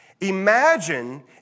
Imagine